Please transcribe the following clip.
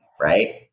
right